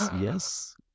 yes